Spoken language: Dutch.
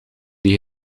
die